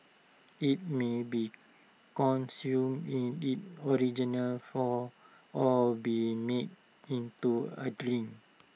IT may be consumed in its original form or be made into A drink